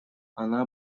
она